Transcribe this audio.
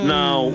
Now